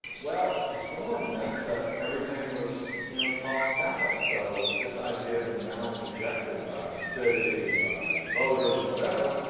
well, the storm meant that everything was, you know, tossed salad. so if this idea had been roundly rejected by the city and by voters and whatever,